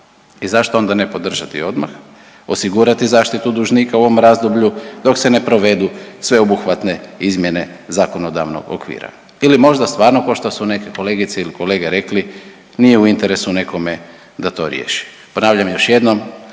i zašto onda ne podržati odmah, osigurati zaštitu dužnika u ovom razdoblju dok se ne provedu sveobuhvatne izmjene zakonodavnog okvira ili možda stvarno košto su neke kolegice ili kolege rekli nije u interesu nekome da to riješi. Ponavljam još jednom,